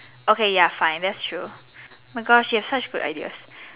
okay ya fine that's true my Gosh you such good ideas